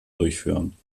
durchführen